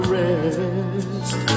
rest